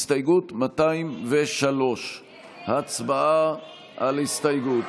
הסתייגות 203. הצבעה על הסתייגות.